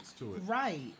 right